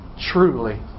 truly